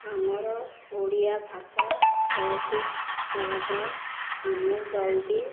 ଆମର ଓଡ଼ିଆ ଭାଷା ବହୁତ ସହଜ ଆମେ ଜଲ୍ଦି